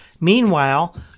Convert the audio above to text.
Meanwhile